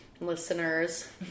listeners